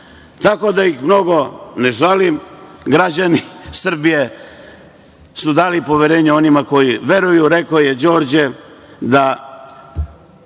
Tako da ih mnogo ne žalim. Građani Srbije su dali poverenje onima koji veruju, a rekao je i Đorđe, da